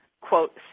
quote